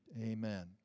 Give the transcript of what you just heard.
Amen